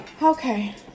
Okay